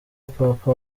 papa